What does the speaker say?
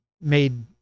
made